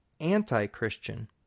anti-Christian